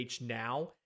now